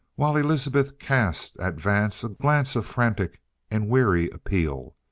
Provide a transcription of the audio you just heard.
while elizabeth cast at vance a glance of frantic and weary appeal,